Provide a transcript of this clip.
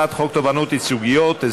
הצעת חוק תובענות ייצוגיות (תיקון,